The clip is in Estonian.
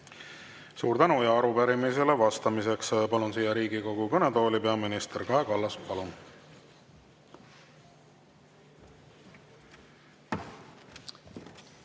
Suur tänu! Arupärimisele vastamiseks palun Riigikogu kõnetooli peaminister Kaja Kallase. Palun!